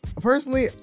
personally